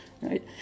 right